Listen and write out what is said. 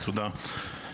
תודה,